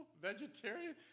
Vegetarian